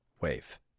Wave